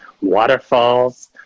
Waterfalls